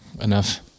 enough